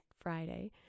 Friday